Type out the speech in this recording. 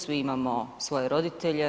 Svi imamo svoje roditelje.